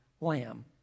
lamb